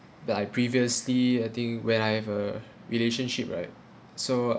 that I previously I think when I have a relationship right so ah